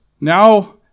Now